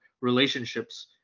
relationships